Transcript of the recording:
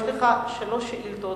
יש לך שלוש שאילתות.